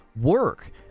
work